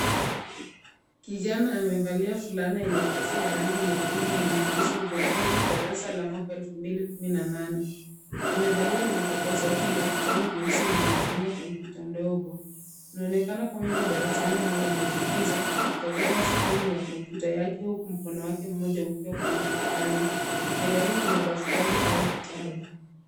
Kijana amevalia fulana yenye kofia rangi nyekundu yenye maandishi mgongoni, darasa la mwaka 2018. Amevalia vilipokea sauti vya kichwani vyeusi na anatumia kompyuta ndogo. Inaonekana kama yuko darasani au anajifunza akikazama skrini ya kompyuta yake huku mkono wake mmoja ukiwa kwenye kipanya. Mbele yake kuna daftari au kitabu.